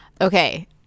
Okay